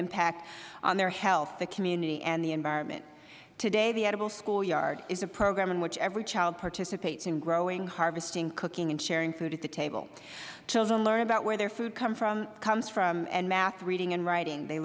impact on their health the community and the environment today the edible schoolyard is a program in which every child participates in growing harvesting cooking and sharing food at the table children learn about where their food comes from and math reading and writing they